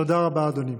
תודה רבה, אדוני.